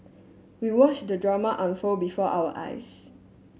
we watch the drama unfold before our eyes